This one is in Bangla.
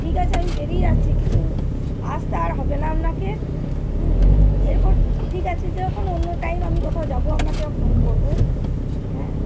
ঠিক আছে আমি বেরিয়ে যাচ্ছি কিছু আসতে আর হবে না আপনাকে এরপর ঠিক আছে যখন অন্য টাইম আমি কোথাও যাব আপনাকে ফোন করব হ্যাঁ